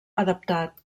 adaptat